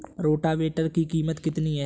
Rotavator की कीमत कितनी है?